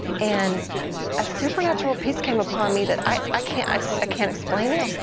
and a supernatural peace came upon me that i can't i so can't explain it,